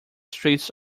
streets